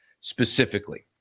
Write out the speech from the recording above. specifically